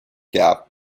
gap